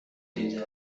دیده